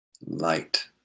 light